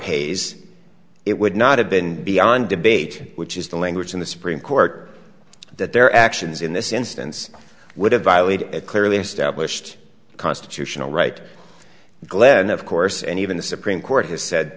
hayes it would not have been beyond debate which is the language in the supreme court that their actions in this instance would have violated a clearly established constitutional right glenn of course and even the supreme court has said